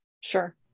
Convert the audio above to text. sure